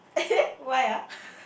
eh why ah